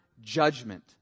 judgment